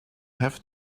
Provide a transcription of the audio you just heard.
have